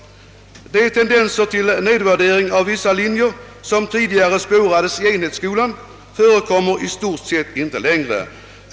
De tendenser till nedvärdering av vissa linjer som tidigare spårades i enhetsskolan förekommer i stort sett inte längre.